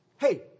Hey